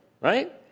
right